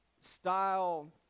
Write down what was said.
style